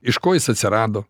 iš ko jis atsirado